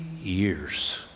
years